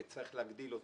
וצריך להגדיל אותן,